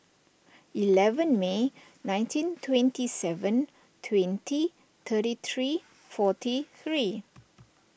eleven May nineteen twenty seven twenty thirty three forty three